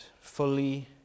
fully